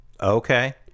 Okay